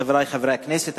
חברי חברי הכנסת,